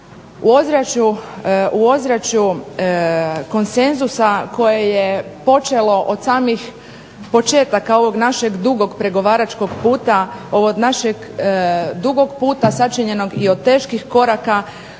u ozračju konsenzusa koje je počelo od samih početaka ovog našeg dugog pregovaračkog puta, ovog našeg dugog puta sačinjenog i od teških koraka